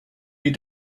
you